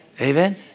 Amen